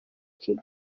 kigali